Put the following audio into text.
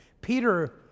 Peter